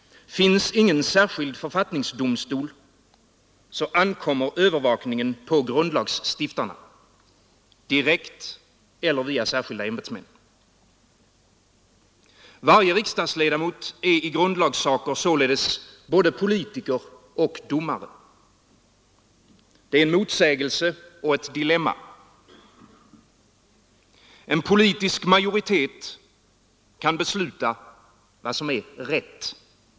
Finns ingen särskild författningsdomstol, ankommer övervakningen på grundlagsstiftarna — direkt eller via särskilda ämbetsmän. Varje riksdagsledamot är i grundlagssaker således både politiker och domare. Det är en motsägelse och ett dilemma. En politisk majoritet kan besluta vad som är ”rätt”.